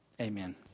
Amen